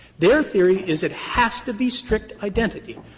their theory is it has to be strict identity.